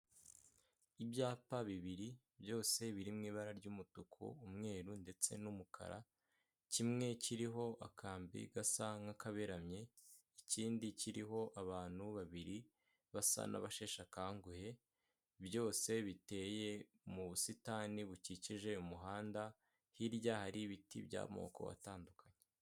Ibyapa bibiri byose biri mu ibara ry'umutuku, umweru ndetse n'umukara, kimwe kiriho akambi gasa nk'akaberamye ikindi kiriho abantu babiri basa n'abasheshe akanguhe, byose biteye mu busitani bukikije umuhanda, hirya hari ibiti by'amoko atandukanye.